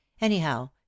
Anyhow